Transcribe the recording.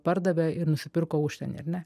pardavė ir nusipirko užsieny ar ne